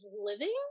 living